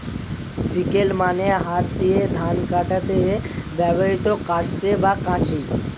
sickle মানে হাত দিয়ে ধান কাটতে ব্যবহৃত কাস্তে বা কাঁচি